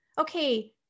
okay